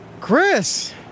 Chris